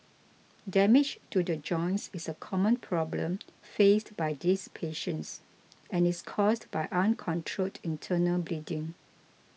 damage to the joints is a common problem faced by these patients and is caused by uncontrolled internal bleeding